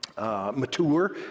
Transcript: mature